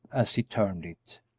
as he termed it.